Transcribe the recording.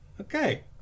Okay